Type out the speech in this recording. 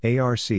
ARC